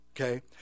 okay